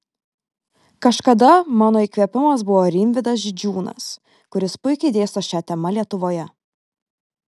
kažkada mano įkvėpimas buvo rimvydas židžiūnas kuris puikiai dėsto šia tema lietuvoje